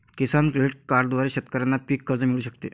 किसान credit कार्डद्वारे शेतकऱ्यांना पीक कर्ज मिळू शकते